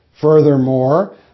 Furthermore